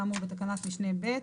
כאמור בתקנת משנה ב'